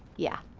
yeah,